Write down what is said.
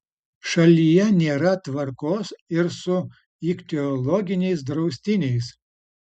šalyje nėra tvarkos ir su ichtiologiniais draustiniais